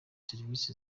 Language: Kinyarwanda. serivisi